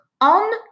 on